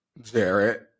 Jarrett